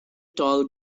tall